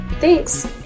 Thanks